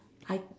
I